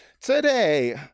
Today